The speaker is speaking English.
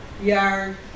yard